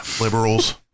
Liberals